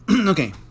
Okay